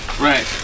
Right